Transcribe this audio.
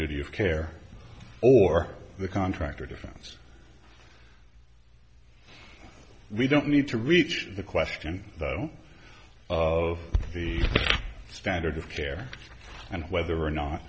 duty of care or the contractor difference we don't need to reach the question of the standard of care and whether or not